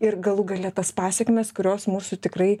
ir galų gale tas pasekmes kurios mūsų tikrai